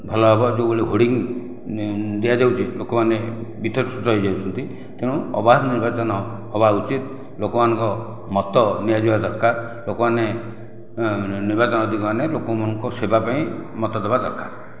ଭଲ ହେବ ଯେଉଁଭଳି ହୋର୍ଡ଼ିଂ ଦିଆଯାଉଛି ଲୋକମାନେ ବିର୍ତ୍ତକୃତ ହୋଇଯାଉଛନ୍ତି ତେଣୁ ଅବାଧ ନିର୍ବାଚନ ହେବା ଉଚିତ ଲୋକମାନଙ୍କ ମତ ନିଆଯିବା ଦରକାର ଲୋକମାନେ ନିର୍ବାଚନ ଅଧିକାରିମାନେ ଲୋକମାନଙ୍କ ସେବାପାଇଁ ମତ ଦେବା ଦରକାର